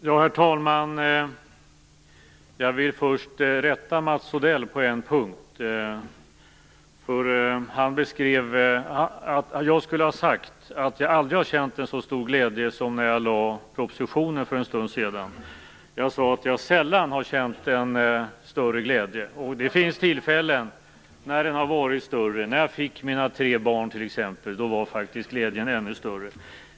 Herr talman! Jag vill först rätta Mats Odell på en punkt. Han sade att jag skulle ha sagt att jag aldrig har känt så stor glädje som när jag lade fram propositionen för en stund sedan. Jag sade att jag sällan har känt en större glädje. Det finns tillfällen när den har varit större. När jag fick mina tre barn var faktiskt glädjen ännu större.